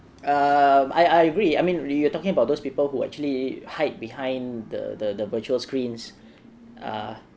um I I agree I mean you are talking about those people who actually hide behind the the virtual screens uh